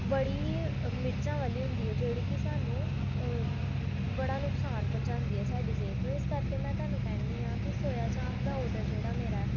ਬੜੀ ਮਿਰਚਾਂ ਵਾਲੀ ਹੁੰਦੀ ਹੈ ਜਿਹੜੀ ਕਿ ਸਾਨੂੰ ਬੜਾ ਨੁਕਸਾਨ ਪਹੁੰਚਾਉਂਦੀ ਹੈ ਸਾਡੀ ਸਿਹਤ ਨੂੰ ਇਸ ਕਰਕੇ ਮੈਂ ਤੁਹਾਨੂੰ ਕਹਿੰਦੀ ਹਾਂ ਵੀ ਸੋਇਆ ਚਾਪ ਦਾ ਔਡਰ ਜਿਹੜਾ ਮੇਰਾ